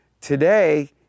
Today